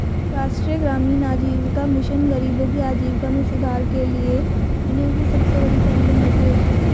राष्ट्रीय ग्रामीण आजीविका मिशन गरीबों की आजीविका में सुधार के लिए दुनिया की सबसे बड़ी पहलों में से एक है